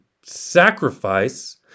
sacrifice